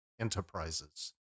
Enterprises